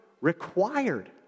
required